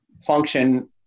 function